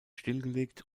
stillgelegt